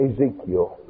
Ezekiel